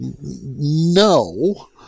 no